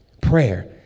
Prayer